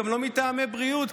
גם לא מטעמי בריאות,